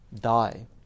die